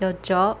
your job